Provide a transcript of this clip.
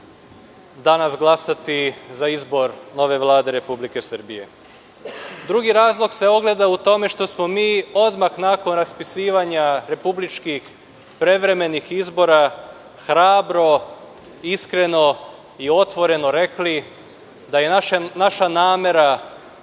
danas glasati za izbor nove Vlade Republike Srbije. Drugi razlog se ogleda u tome što smo mi odmah nakon raspisivanja republičkih prevremenih izbora hrabro, iskreno i otvoreno rekli da je naša namera